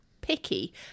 picky